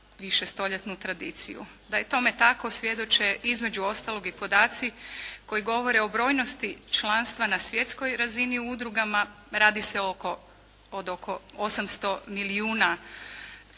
višestoljetnu tradiciju. Da je tome tako svjedoče između ostalog podaci koji govore o brojnosti članstva na svjetskoj razini udrugama. Radi se od oko 800 milijuna